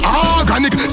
organic